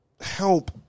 help